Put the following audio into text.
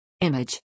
Image